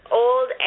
old